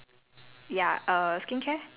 err makeup skincare trends